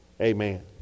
Amen